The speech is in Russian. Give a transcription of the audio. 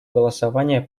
голосование